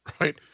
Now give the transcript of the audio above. Right